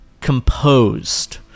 composed